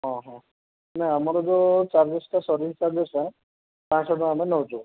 ଓହୋ ନା ଆମର ଯେଉଁ ଚାର୍ଜେସ୍ଟା ସର୍ଭିସ୍ ଚାର୍ଜେସ୍ଟା ପାଞ୍ଚ ଶହ ଟଙ୍କା ଆମେ ନେଉଛୁ